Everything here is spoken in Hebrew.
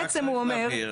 הערר,